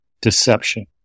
deception